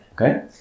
Okay